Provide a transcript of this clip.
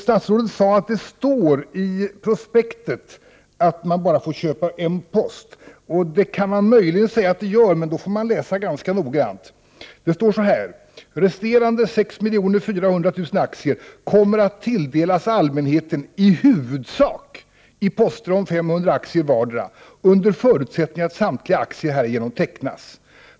Statsrådet sade att det står i prospektet att man bara får köpa en aktiepost. Man kan möjligen säga att det står så, men man får läsa ganska noggrant. Det står så här: ”Resterande 6 400 000 aktier kommer att tilldelas allmänheten i huvudsak i poster om 500 aktier vardera under förutsättning att samtliga aktier härigenom tecknas.